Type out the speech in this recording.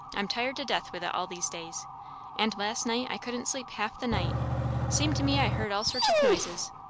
i'm tired to death with it all these days and last night i couldn't sleep half the night seemed to me i heard all sorts of noises.